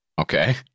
Okay